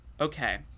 okay